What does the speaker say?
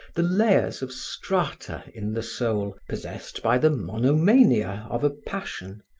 the layers of strata in the soul possessed by the monomania of a passion,